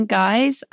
guys